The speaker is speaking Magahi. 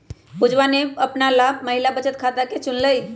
पुजवा ने अपना ला महिला बचत खाता के चुन लय